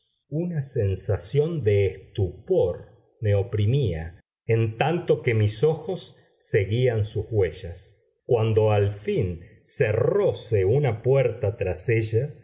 una sensación de estupor me oprimía en tanto que mis ojos seguían sus huellas cuando al fin cerróse una puerta tras ella